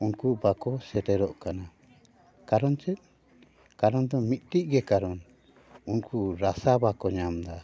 ᱩᱱᱠᱩ ᱵᱟᱠᱚ ᱥᱮᱴᱮᱨᱚᱜ ᱠᱟᱱᱟ ᱠᱟᱨᱚᱱ ᱪᱮᱫ ᱠᱟᱨᱚᱱ ᱫᱚ ᱢᱤᱫᱴᱮᱱ ᱜᱮ ᱠᱟᱨᱚᱱ ᱩᱱᱠᱩ ᱨᱟᱥᱟ ᱵᱟᱠᱚ ᱧᱟᱢ ᱮᱫᱟ